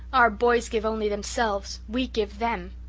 our boys give only themselves. we give them.